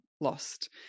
lost